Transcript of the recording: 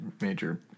major